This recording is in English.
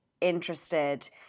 interested